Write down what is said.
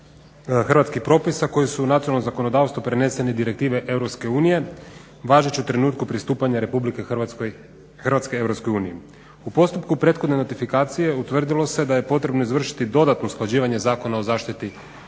hrvatskih propisa koji su u nacionalnom zakonodavstvu preneseni direktive EU važeći u trenutku pristupanja Republike Hrvatske EU. U postupku prethodne ratifikacije utvrdilo se da je potrebno izvršiti dodatno usklađivanje Zakona o zaštiti potrošača